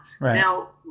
Now